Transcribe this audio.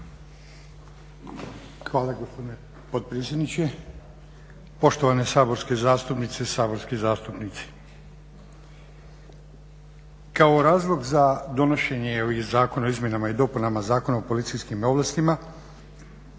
Hvala gospodine potpredsjedniče. Poštovane saborske zastupnice i saborski zastupnici. Kao razlog za donošenje zakona o izmjenama i dopunama Zakona o policijskim ovlastima